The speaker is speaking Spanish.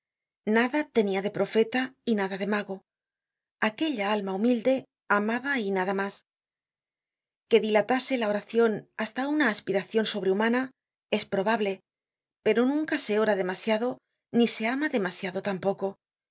nada tenia de profeta y nada de mago aquella alma humilde amaba y nada mas que dilatase la oracion hasta uña aspiracion sobrehumana es probable pero nunca se ora demasiado ni se ama demasiado tampoco